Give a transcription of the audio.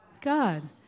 God